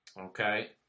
okay